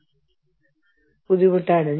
അവ ഓരോ രാജ്യത്തിനും വ്യത്യസ്തമാണ്